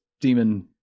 demon